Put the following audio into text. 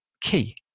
key